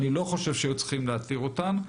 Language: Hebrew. אני לא חושב שהיו צריכים להתיר אותן.